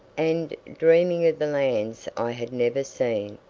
and, dreaming of the lands i had never seen,